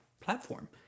platform